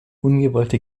ungewollte